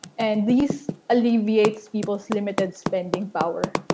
and these alleviates people's limited spending power.